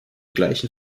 gleichen